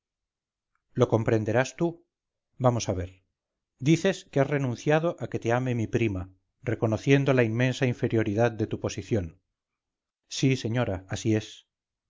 lo comprenderás tú vamos a ver dices que has renunciado a que te ame mi prima reconociendo la inmensa inferioridad de tu posición sí señora así es